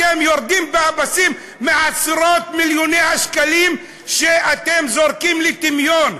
אתם יורדים מהפסים בעשרות-מיליוני השקלים שאתם זורקים לטמיון.